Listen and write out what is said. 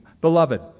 Beloved